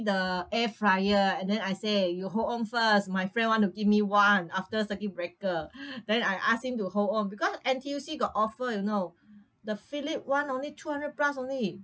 the air fryer and then I say you hold on first my friend want to give me one after circuit breaker then I ask him to hold on because N_T_U_C got offer you know the Philips one only two hundred plus only